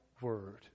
word